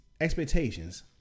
expectations